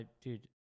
dude